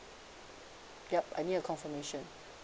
yup I need a confirmation